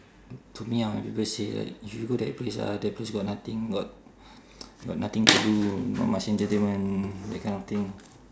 took me out and people say like if you go that place ah that place got nothing got got nothing to do not much entertainment that kind of thing